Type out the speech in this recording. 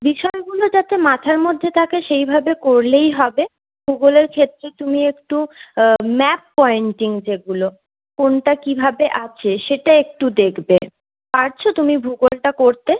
বিষয়গুলো যাতে মাথার মধ্যে থাকে সেইভাবে করলেই হবে ভূগোলের ক্ষেত্রে তুমি একটু ম্যাপ পয়েন্টিং যেগুলো কোনটা কীভাবে আছে সেটা একটু দেখবে পারছো তুমি ভূগোলটা করতে